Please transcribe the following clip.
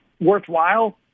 worthwhile